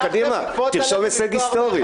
תרשום הישג היסטורי.